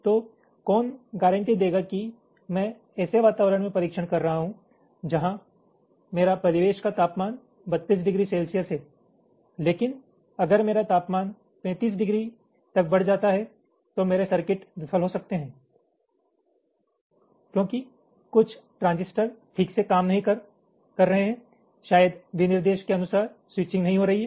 तो कौन गारंटी देगा कि मैं ऐसे वातावरण में परीक्षण कर रहा हूं जहां मेरा परिवेश का तापमान 32 डिग्री सेल्सियस है लेकिन अगर मेरा तापमान 35 डिग्री तक बढ़ जाता है तो मेरे सर्किट विफल हो सकते हैं क्योंकि कुछ ट्रांजिस्टर ठीक से काम नहीं कर रहे हैं शायद विनिर्देश के अनुसार स्विचिंग नहीं हो रही है